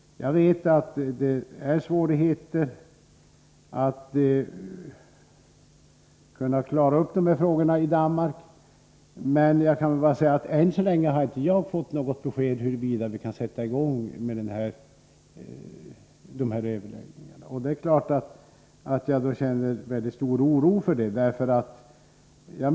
Jag vet att man har svårigheter med att klara upp de här frågorna i Danmark. Än så länge har jag inte fått något besked om huruvida vi kan sätta i gång med överläggningarna. Det är klart att jag känner väldigt stor oro över detta.